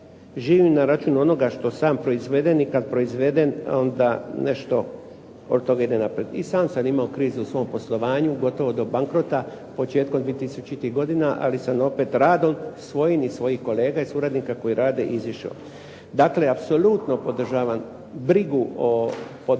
živim na račun onoga što sam proizvedem, i kad proizvedem onda nešto od toga ide …/Govornik se ne razumije./… I sam sam imao krizu u poslovanju gotovo do bankrota početkom 2000. godine ali sam opet radom svojim i svojih kolega i suradnika koji rade izašao. Dakle, apsolutno podržavam brigu o očuvanju